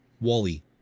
Wally